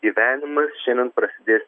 gyvenimas šiandien prasidės